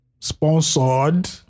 sponsored